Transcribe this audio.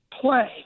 play